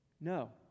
No